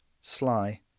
sly